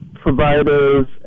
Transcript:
providers